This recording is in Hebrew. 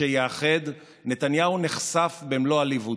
שיאחד, נתניהו נחשף במלוא עליבותו: